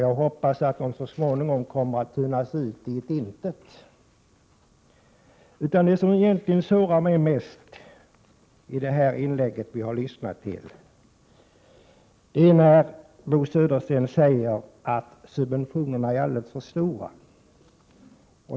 Jag hoppas att de så småningom kommer att tunnas ut och förflyktigas i tomma intet. Det som sårar mig mest i det inlägg som vi har lyssnat till ftån Bo Södersten är hans påstående att subventionerna är alldeles för stora.